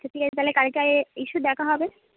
আচ্ছা ঠিক আছে তাহলে কালকে এসো দেখা হবে